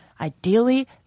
Ideally